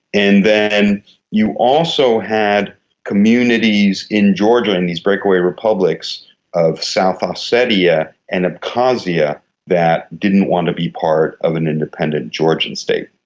and then you also had communities in georgia in these breakaway republics of south ah ossetia yeah and abkhazia that didn't want to be part of an independent georgian state.